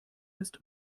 ist